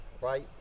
right